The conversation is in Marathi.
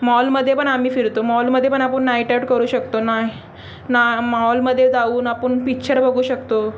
मॉलमध्ये पण आम्ही फिरतो मॉलमध्ये पण आपुण नाईटआऊट करू शकतो ना ना मॉलमध्ये जाऊन आपुण पिक्चर बघू शकतो